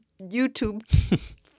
YouTube